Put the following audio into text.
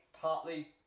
partly